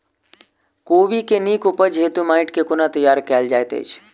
कोबी केँ नीक उपज हेतु माटि केँ कोना तैयार कएल जाइत अछि?